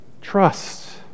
Trust